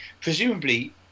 presumably